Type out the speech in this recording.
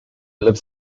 lives